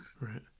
Right